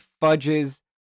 fudges